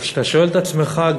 וכשאתה שואל את עצמך,